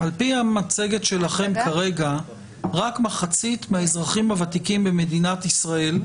על פי המצגת שלכם כרגע רק מחצית מהאזרחים הוותיקים במדינת ישראל,